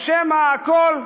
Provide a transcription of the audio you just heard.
או שמא הכול,